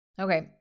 Okay